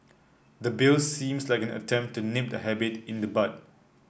the Bill seems like an attempt to nip the habit in the bud